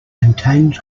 contains